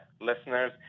listeners